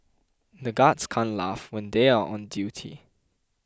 the guards can't laugh when they are on duty